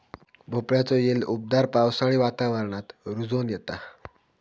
भोपळ्याचो येल उबदार पावसाळी वातावरणात रुजोन येता